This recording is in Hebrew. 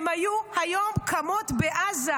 הן היו היום קמות בעזה,